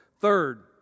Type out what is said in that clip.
Third